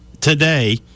today